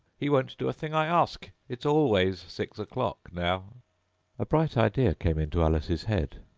he won't do a thing i ask! it's always six o'clock now a bright idea came into alice's head.